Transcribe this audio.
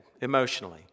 emotionally